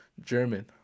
german